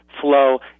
flow